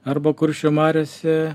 arba kuršių mariose